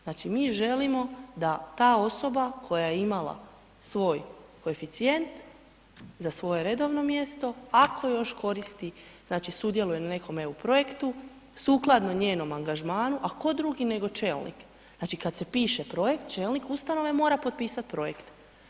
Znači mi želimo da ta osoba koja je imala svoj koeficijent za svoje redovno mjesto, ako još koristi, znači sudjeluje na nekom EU projektu, sukladno njenom angažmanu, a tko drugi nego čelnik, znači kad se piše projekt, čelnik ustanove mora potpisati projekt.